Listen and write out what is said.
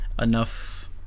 enough